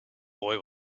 boy